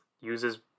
uses